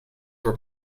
were